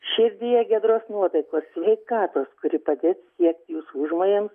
širdyje giedros nuotaikos sveikatos kuri padės siekt jūsų užmojams